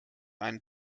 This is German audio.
einen